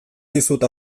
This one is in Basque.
dizut